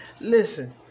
listen